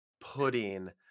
pudding